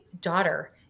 daughter